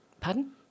Pardon